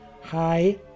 Hi